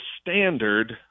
standard